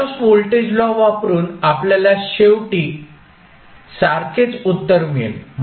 Kirchhoff's voltage law वापरुन आपल्याला शेवटी सारखेच उत्तर मिळेल